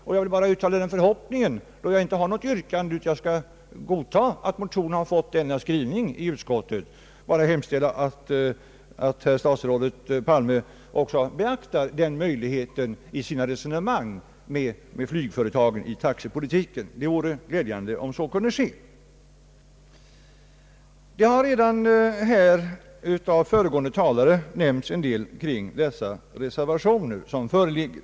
Jag vill bara uttala den förhoppningen — eftersom jag inte har något yrkande utan är tillfredsställd med att motionen fått denna behandling i utskottet — att statsrådet Palme också beaktar den möjligheten i sina resonemang med flygföretagen i taxepolitiken. Det vore glädjande om så kunde ske. Det har av föregående talare redan nämnts en del kring de reservationer som här föreligger.